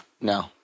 No